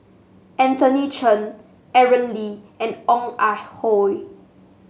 Anthony Chen Aaron Lee and Ong Ah Hoi